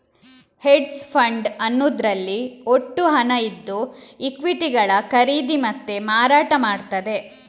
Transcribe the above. hedge fund ಅನ್ನುದ್ರಲ್ಲಿ ಒಟ್ಟು ಹಣ ಇದ್ದು ಈಕ್ವಿಟಿಗಳ ಖರೀದಿ ಮತ್ತೆ ಮಾರಾಟ ಮಾಡ್ತದೆ